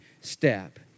step